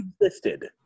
existed